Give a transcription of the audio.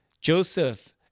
Joseph